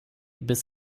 bis